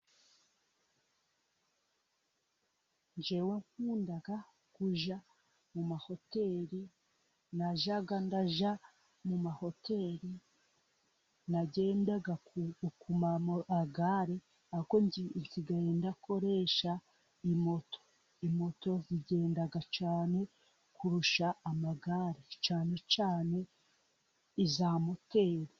Njyewe nkunda kujya mu mahoteri, najyaga njya mu mahoteri, nagendaga ku ku magare, ariko nsigaye nkoresha imoto. Moto zigendaga cyane kurusha amagare, cyane cyane iza moteri.